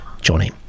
johnny